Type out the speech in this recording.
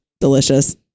delicious